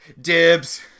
Dibs